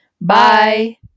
Bye